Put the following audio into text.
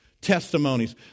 testimonies